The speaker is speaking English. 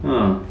uh